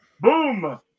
Boom